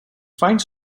finds